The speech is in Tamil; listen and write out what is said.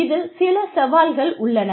இதில் சில சவால்கள் உள்ளன